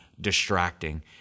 distracting